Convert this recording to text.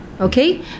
Okay